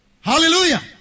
Hallelujah